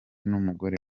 n’umugore